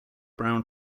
brown